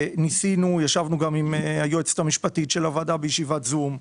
ישבנו עם היועצת המשפטית של הוועדה בישיבת זום,